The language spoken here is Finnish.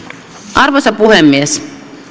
arvoisa puhemies